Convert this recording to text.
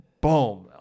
boom